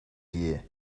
here